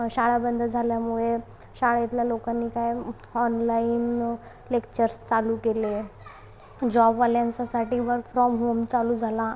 शाळा बंद झाल्यामुळे शाळेतल्या लोकांनी काय ऑनलाईन लेक्चर्स चालू केले जॉबवाल्यांच्यासाठी वर्क फ्रॉम होम चालू झाला